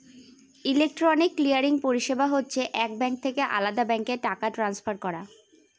electronic clearing পরিষেবা হচ্ছে এক ব্যাঙ্ক থেকে আলদা ব্যাঙ্কে টাকা ট্রান্সফার করা